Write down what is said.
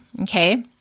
okay